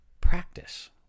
practice